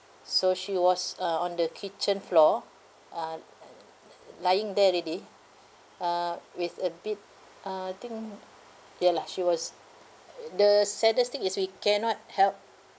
so she was uh on the kitchen floor uh lying there already uh with a bit uh I think ya lah she was uh the saddest thing is we cannot